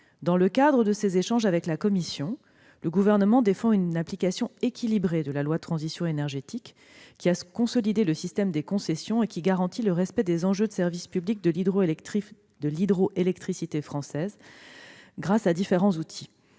Dans le cadre de ses échanges avec la Commission, le Gouvernement défend une application équilibrée de la loi relative à la transition énergétique pour la croissance verte qui a consolidé le système des concessions et qui garantit le respect des enjeux de service public de l'hydroélectricité française grâce à différents outils.